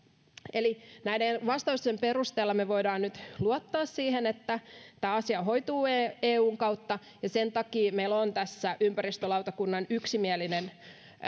eli näiden vastausten perusteella me voimme nyt luottaa siihen että tämä asia hoituu eun kautta ja sen takia meillä on tässä pohjana ympäristölautakunnan yksimielinen